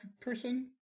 person